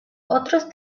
otros